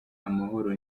amahoro